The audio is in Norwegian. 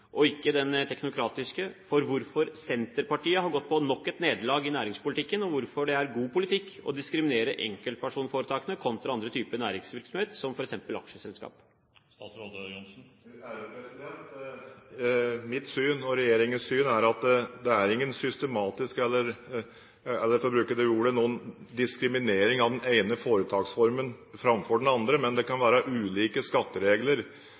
og ikke den teknokratiske, for hvorfor Senterpartiet har gått på nok et nederlag i næringspolitikken, og hvorfor det er god politikk å diskriminere enkeltpersonforetakene kontra andre typer næringsvirksomhet, som f.eks. aksjeselskaper? Mitt syn og regjeringens syn er at det er ingen systematisk – for å bruke ordet – diskriminering av den ene foretaksformen framfor den andre, men det kan være ulike skatteregler